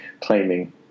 claiming